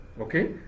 okay